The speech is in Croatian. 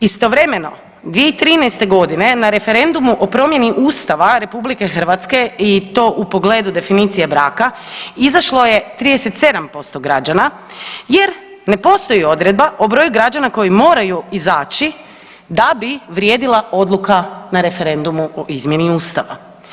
Istovremeno 2013.g. na referendumu o promjeni Ustava RH i to u pogledu definicije braka izašlo je 37% građana jer ne postoji odredba o broju građana koji moraju izaći da bi vrijedila odluka na referendumu o izmjeni ustava.